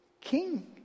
King